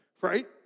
right